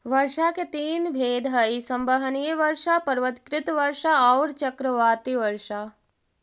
वर्षा के तीन भेद हई संवहनीय वर्षा, पर्वतकृत वर्षा औउर चक्रवाती वर्षा